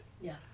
Yes